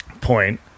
point